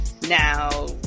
now